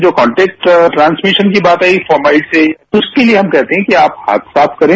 तो contact transmission की बात आई फार्मेल्टी तो उसके लिए हम कहते हैं आप हाथ साफ करें